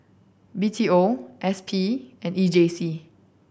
B T O S P and E J C